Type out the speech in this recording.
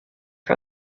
her